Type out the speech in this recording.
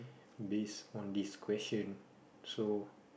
base on this question so